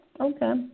Okay